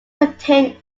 contain